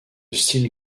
style